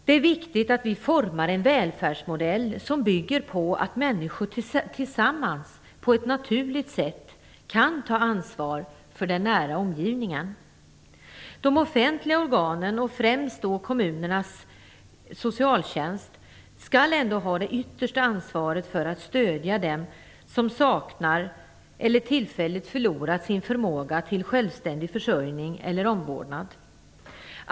Det är viktigt att vi formar en välfärdsmodell som bygger på att människor tillsammans på ett naturligt sätt kan ta ansvar för den nära omgivningen. De offentliga organen, och främst då kommunernas socialtjänst, skall ändå ha det yttersta ansvaret för att stödja dem som saknar eller tillfälligt förlorat sin förmåga till självständig försörjning eller omvårdnad.